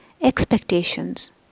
expectations